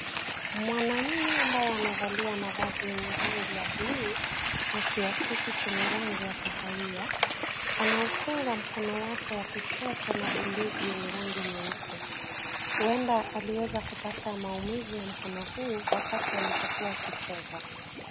Mwanafunzi ambaye amevalia mavazi yenye rangi ya buluu na kiakisi chenye rangi ya kahawia anaufunga mkono wake wa kushoto na bandeji yenye rangi nyeupe. Huenda aliweza kupata maumivu ya mkono huu wakati alipokuwa akicheza.